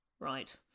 Right